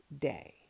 day